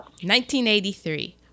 1983